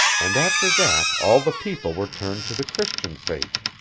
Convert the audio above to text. and after that all the people were turned to the christian faith.